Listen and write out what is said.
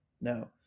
No